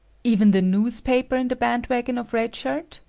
even the newspaper in the band wagon of red shirt?